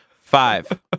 Five